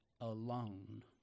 alone